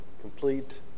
complete